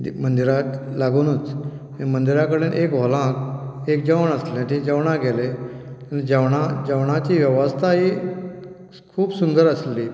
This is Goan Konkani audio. मंदिराक लागूनूच मंदिराक लागून एक हॉलांत जेवण आसलें थंय जेवणाक गेले जेवणाची वेवस्था खूब सुंदर आसली